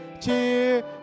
cheer